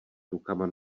rukama